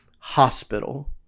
hospital